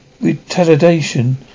retaliation